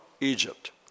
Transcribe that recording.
Egypt